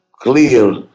clear